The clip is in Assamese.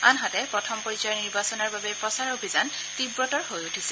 আনহাতে প্ৰথম পৰ্যায়ৰ নিৰ্বাচনৰ বাবে প্ৰচাৰ অভিযান তীৱতৰ হৈ উঠিছে